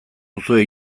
duzue